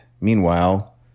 Meanwhile